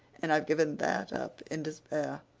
and i've given that up in despair.